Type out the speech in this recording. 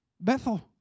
Bethel